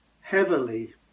heavily